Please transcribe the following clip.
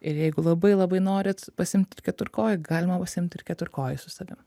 ir jeigu labai labai norit pasiimt ir keturkojį galima pasiimt ir keturkojį su savim